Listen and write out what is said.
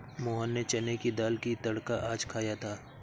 मोहन ने चने की दाल का तड़का आज खाया था